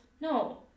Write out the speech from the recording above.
No